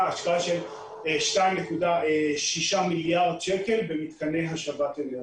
השקעה של 2.6 מיליארד שקל במתקני השבת אנרגיה.